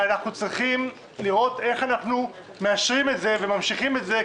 ואנחנו צריכים לראות איך אנחנו מאשרים את זה וממשיכים את זה,